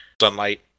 sunlight